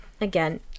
again